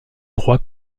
droit